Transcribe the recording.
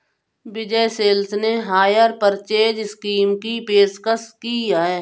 विजय सेल्स ने hire purchase scheme की पेशकश की हैं